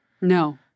No